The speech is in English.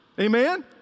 Amen